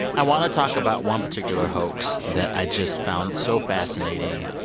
i want to talk about one particular hoax that i just found so fascinating.